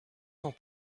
sans